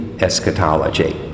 eschatology